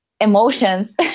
emotions